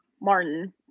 martin